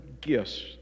gifts